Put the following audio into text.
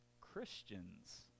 Christians